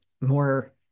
more